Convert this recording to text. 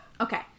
Okay